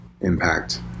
impact